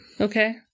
Okay